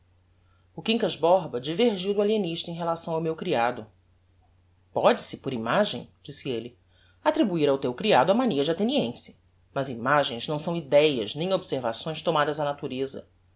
o quincas borba divergiu do alienista em relação ao meu criado póde-se por imagem disse elle attribuir ao teu criado a mania de atheniense mas imagens não são idéas nem observações tomadas á natureza